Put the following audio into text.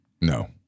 no